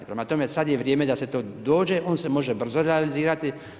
Prema tome, sad je vrijeme da se to dođe, on se može brzo realizirati.